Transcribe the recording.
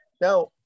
Now